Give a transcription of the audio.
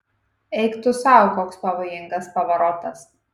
eik tu sau koks pavojingas pavarotas